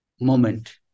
moment